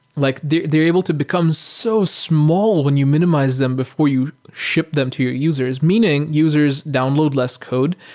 like they're they're able to become so small when you minimize them before you ship them to your users, meaning users download less code,